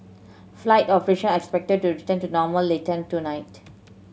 flight operation as expected to return to normal later tonight